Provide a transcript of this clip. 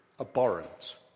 abhorrent